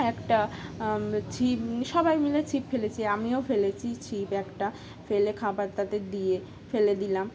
একটা ছিপ সবাই মিলে ছিপ ফেলেছি আমিও ফেলেছি ছিপ একটা ফেলে খাবার তাতে দিয়ে ফেলে দিলাম